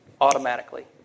automatically